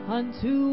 unto